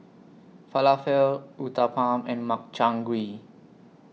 Falafel Uthapam and Makchang Gui